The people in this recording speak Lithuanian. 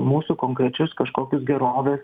mūsų konkrečius kažkokius gerovės